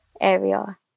area